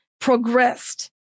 progressed